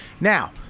Now